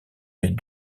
met